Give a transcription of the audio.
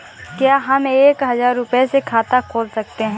क्या हम एक हजार रुपये से खाता खोल सकते हैं?